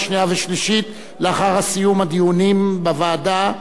שנייה ושלישית לאחר סיום הדיונים בוועדה?